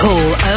Call